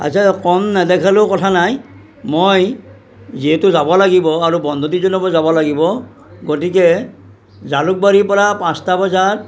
আচ্ছা কম নেদেখালেও কথা নাই মই যিহেতু যাব লাগিব আৰু বন্ধু কেইজনো যাব লাগিব গতিকে জালুকবাৰীৰ পৰা পাঁচটা বজাত